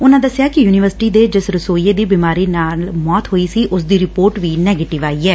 ਉਨਾਂ ਦਸਿਆ ਕਿ ਯੁਨੀਵਰਸਿਟੀ ਦੈ ਜਿਸ ਰਸੋਈਏ ਦੀ ਬਿਮਾਰੀ ਕਾਰਨ ਮੌਤ ਹੋਈ ਸੀ ਉਸ ਦੀ ਰਿਪੋਰਟ ਵੀ ਨੈਗੇਟਿਵ ਆਈ ਐ